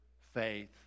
faith